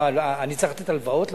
מה, אני צריך לתת הלוואות למדינה?